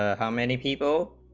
ah how many people